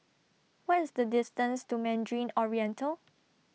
What IS The distance to Mandarin Oriental